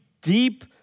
deep